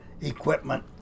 equipment